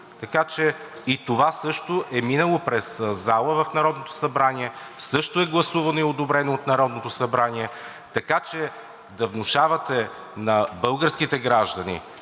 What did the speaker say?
Така че и това също е минало през залата в Народното събрание, също е гласувано и одобрено от Народното събрание, така че да внушавате на българските граждани,